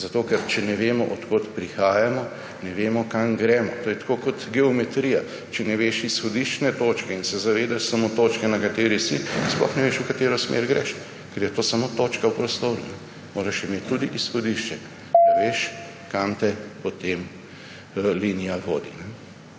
zato ker če ne vemo, od kod prihajamo, ne vemo, kam gremo. To je tako kot geometrija, če ne veš izhodiščne točke in se zavedaš samo točke, na kateri si, sploh ne veš, v katero smer greš, ker je to samo točka v prostoru. Moraš imeti tudi izhodišče, da veš, kam te potem linija vodi.